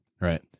Right